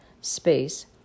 space